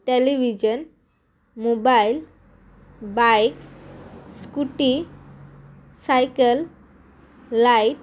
television mobile bike scooty cycle light